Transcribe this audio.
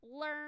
learn